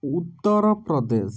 Uttar Pradesh